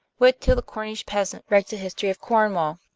wait till the cornish peasant writes a history of cornwall.